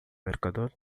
mercador